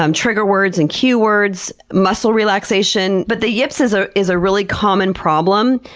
um trigger words and cue words. muscle relaxation. but the yips is ah is a really common problem,